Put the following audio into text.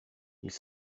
ils